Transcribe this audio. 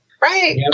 Right